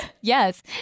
Yes